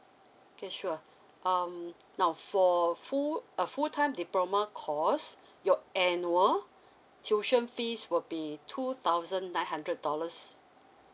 okay sure um now for full uh full time diploma course your annual tuition fees will be two thousand nine hundred dollars